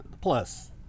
plus